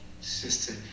sister